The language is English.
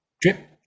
drip